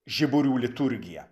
žiburių liturgija